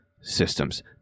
systems